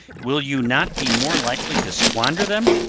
will you not be more likely to squander them?